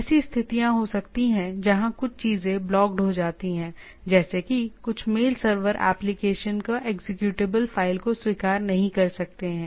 ऐसी स्थितियाँ हो सकती हैं जहाँ कुछ चीजें ब्लॉकड हो जाती हैं जैसे कि कुछ मेल सर्वर एप्लीकेशन या एग्जीक्यूटेबल executable फ़ाइलों को स्वीकार नहीं कर सकते हैं